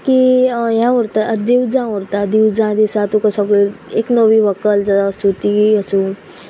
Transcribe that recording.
की हें व्हरता दिवजां व्हरता दिवजां दिसा तुका सगळे एक नवी व्हंकल जाव आसूं ती आसूं